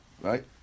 Right